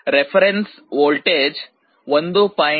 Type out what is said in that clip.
reference voltage 1